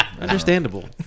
Understandable